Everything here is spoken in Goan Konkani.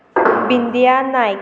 बिंदिया नायक